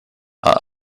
are